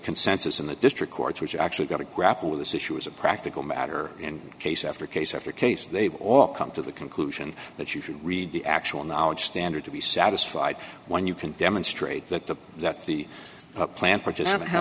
consensus in the district courts which actually got to grapple with this issue as a practical matter and case after case after case they've all come to the conclusion that you should read the actual knowledge standard to be satisfied when you can demonstrate that the that the plan